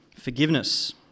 forgiveness